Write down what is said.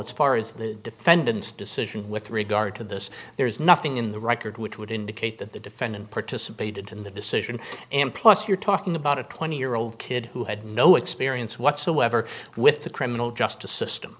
it's far into the defendant's decision with regard to this there is nothing in the record which would indicate that the defendant participated in the decision and plus you're talking about a twenty year old kid who had no experience whatsoever with the criminal justice system